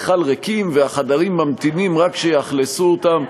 בכלל ריקים והחדרים ממתינים רק שיאכלסו אותם.